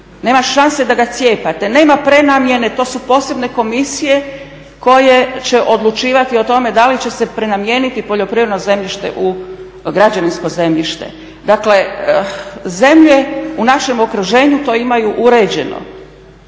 Nema šanse da ga cijepate, nema prenamjene, to su posebne komisije koje će odlučivati o tome da li će se prenamijeniti poljoprivredno zemljište u građevinsko zemljište. Dakle zemlje u našem okruženju to imaju uređeno